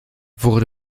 wurde